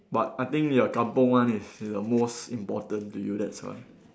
but I think your kampung one is the most important to you that's why